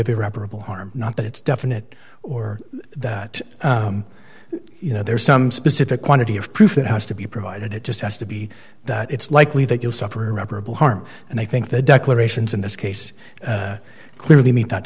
irreparable harm not that it's definite or that you know there's some specific quantity of proof it has to be provided it just has to be that it's likely that you'll suffer irreparable harm and i think the declarations in this case clearly meet that